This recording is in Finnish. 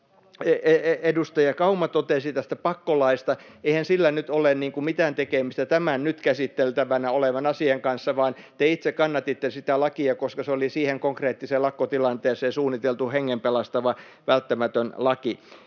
edustaja Kauma totesi tästä pakkolaista. Eihän sillä nyt ole mitään tekemistä tämän nyt käsiteltävänä olevan asian kanssa, vaan te itse kannatitte sitä lakia, koska se oli siihen konkreettiseen lakkotilanteeseen suunniteltu hengen pelastava, välttämätön laki.